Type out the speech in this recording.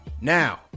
Now